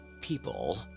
people